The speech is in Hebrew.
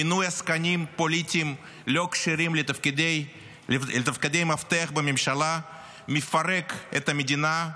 מינוי עסקנים פוליטיים לא כשרים לתפקידי מפתח בממשלה מפרק את המדינה,